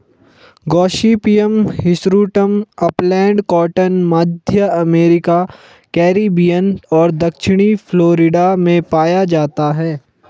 Gossypium hirsutum upland cotton, मध्य America, Caribbean और दक्षिणी फ्लोरिडा में पाया जाता है